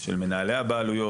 של מנהלי הבעלויות,